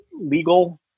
legal